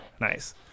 Nice